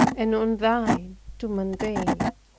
and on thine to maintain it.